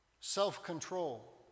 self-control